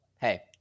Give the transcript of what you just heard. Hey